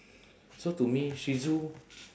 so to me shih tzu